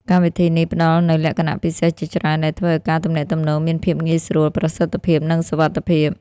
កម្មវិធីនេះផ្តល់នូវលក្ខណៈពិសេសជាច្រើនដែលធ្វើឲ្យការទំនាក់ទំនងមានភាពងាយស្រួល ប្រសិទ្ធភាព និងសុវត្ថិភាព។